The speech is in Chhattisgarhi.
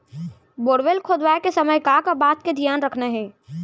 बोरवेल खोदवाए के समय का का बात के धियान रखना हे?